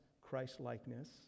Christ-likeness